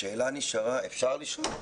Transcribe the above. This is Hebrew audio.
השאלה נשארה, אפשר לשאול?